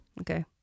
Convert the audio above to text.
Okay